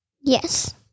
Yes